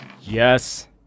Yes